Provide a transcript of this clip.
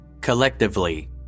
Collectively